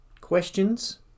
questions